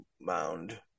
mound